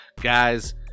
guys